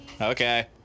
Okay